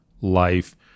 life